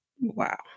Wow